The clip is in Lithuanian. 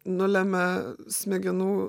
nulemia smegenų